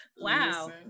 Wow